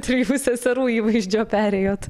trijų seserų įvaizdžio perėjot